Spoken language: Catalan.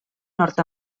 nord